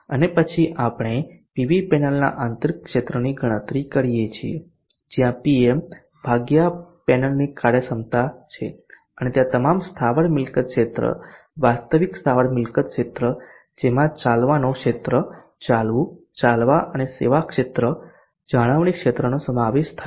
અને પછી આપણે પેવી પેનલના આંતરિક ક્ષેત્રની ગણતરી કરીએ છીએ જ્યાં Pm ભાગ્યા પેનલની કાર્યક્ષમતા છે અને ત્યાં તમામ સ્થાવર મિલકત ક્ષેત્ર વાસ્તવિક સ્થાવર મિલકત ક્ષેત્ર જેમાં ચાલવાનો ક્ષેત્ર ચાલવું ચાલવા અને સેવા ક્ષેત્ર જાળવણી ક્ષેત્રનો સમાવેશ થાય છે